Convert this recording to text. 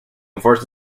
enforce